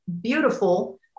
beautiful